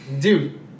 Dude